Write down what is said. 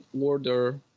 order